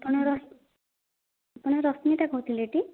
ଆପଣ ଆପଣ ରଶ୍ମିତା କହୁଥିଲେ ଟି